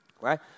Right